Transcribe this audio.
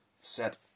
set